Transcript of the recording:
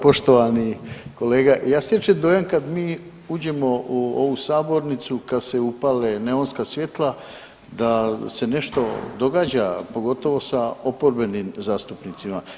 Poštovani kolega ja stječem dojam kad mi uđemo u ovu sabornicu kad se upale neonska svjetla da se nešto događa pogotovo sa oporbenim zastupnicima.